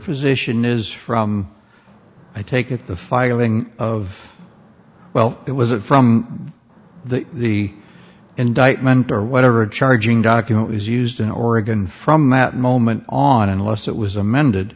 position is from i take it the filing of well that was it from the the indictment or whatever charging document was used in oregon from that moment on unless it was amended